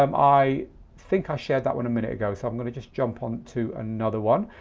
um i think i shared that one a minute ago so i'm going to just jump on to another one.